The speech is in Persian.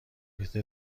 بلیت